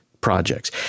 projects